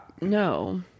No